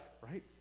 right